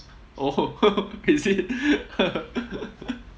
oh is it